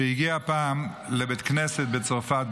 שהגיע פעם לבית כנסת בצרפת,